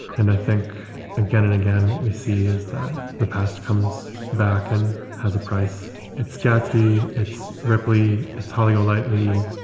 and i think again and again, what we see is that the past comes back and has a price. it's gatsby, it's ripley, it's holly golightly.